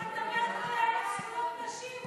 במקום לדבר על זכויות נשים,